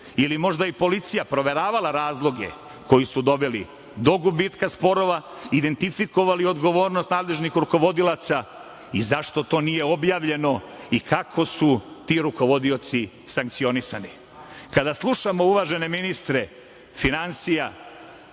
ili možda i policija, proveravala razloge koji su doveli do gubitka sporova, identifikovali odgovornost nadležnih rukovodilaca i zašto to nije objavljeno, i kako su ti rukovodioci sankcionisani? Kada slušamo uvažene ministre finansija